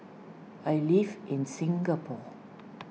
I live in Singapore